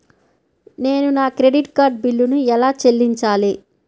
నేను నా credit card బిల్లును ఎలా చెల్లించాలీ?